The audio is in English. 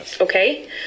Okay